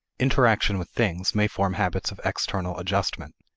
interaction with things may form habits of external adjustment.